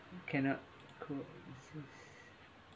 cannot coexist